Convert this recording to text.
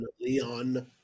Leon